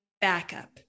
backup